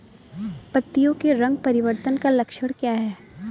पत्तियों के रंग परिवर्तन का लक्षण क्या है?